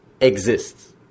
exists